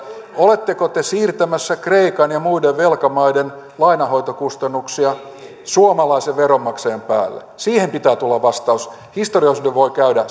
oletteko te siirtämässä kreikan ja muiden velkamaiden lainanhoitokustannuksia suomalaisen veronmaksajan päälle siihen pitää tulla vastaus historiaosuuden voi käydä